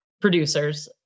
producers